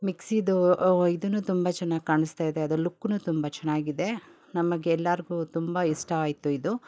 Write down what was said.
ಮಿಕ್ಸಿದೂ ಇದುನು ತುಂಬ ಚೆನ್ನಾಗ್ ಕಾಣಿಸ್ತಾ ಇದೆ ಅದು ಲುಕ್ಕುನು ತುಂಬ ಚೆನ್ನಾಗಿದೆ ನಮಗೆಲ್ಲಾರಿಗು ತುಂಬ ಇಷ್ಟ ಆಯಿತು ಇದು